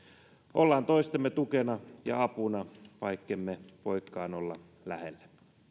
ollaan toistemme tukena ja apuna vaikkemme voikaan olla lähellä